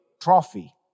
trophy